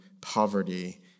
poverty